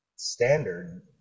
Standard